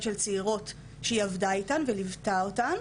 של צעירות שהיא עבדה איתן וליוותה אותן,